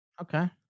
Okay